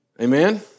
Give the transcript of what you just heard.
amen